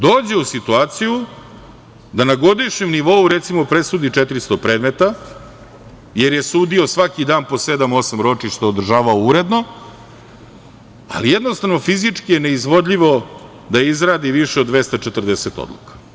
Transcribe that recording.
Dođe u situaciju da na godišnjem nivou, recimo, presudi 400 predmeta, jer je sudio svaki dan po sedam, osam ročišta, održavao uredno, ali jednostavno fizički je neizvodljivo da izradi više od 240 odluka.